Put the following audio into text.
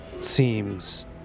seems